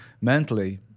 mentally